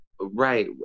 right